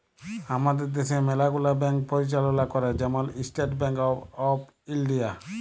আমাদের দ্যাশে ম্যালা গুলা ব্যাংক পরিচাললা ক্যরে, যেমল ইস্টেট ব্যাংক অফ ইলডিয়া